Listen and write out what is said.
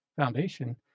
foundation